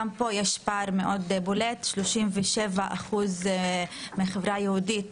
גם פה יש פער מאוד בולט: 37% מהחברה היהודית